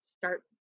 Start